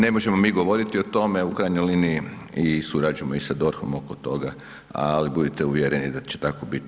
Ne možemo mi govoriti o tome, u krajnjoj liniji i surađujemo i sa DORH-om oko toga, ali budite uvjereni da će tako biti.